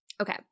Okay